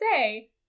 say